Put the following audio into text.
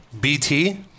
BT